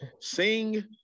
Sing